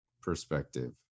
perspective